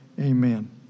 amen